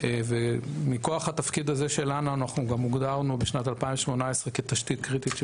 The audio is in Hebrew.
מכוח תפקידנו הוגדרנו בשנת 2018 כתשתית קריטית של